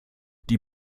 die